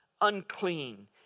unclean